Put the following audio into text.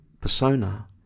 persona